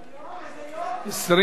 27 נגד,